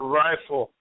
rifle